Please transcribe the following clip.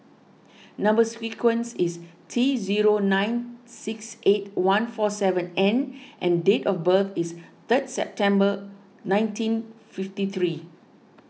Number Sequence is T zero nine six eight one four seven N and date of birth is third September nineteen fifty three